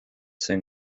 zen